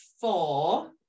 four